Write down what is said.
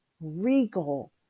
regal